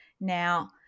now